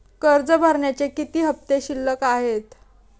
कर्ज भरण्याचे किती हफ्ते शिल्लक आहेत?